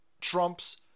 Trump's